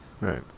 Right